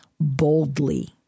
Boldly